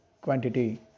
quantity